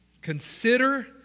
Consider